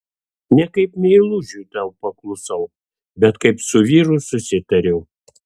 ne kaip meilužiui tau paklusau bet kaip su vyru susitariau